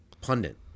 pundit